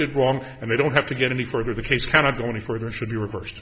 did wrong and they don't have to get any further the case kind of going further and should be reversed